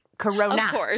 Corona